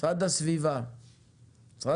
עד שתפתחו לי את המסך